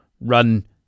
run